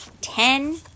Ten